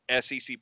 SEC